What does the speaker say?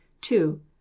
two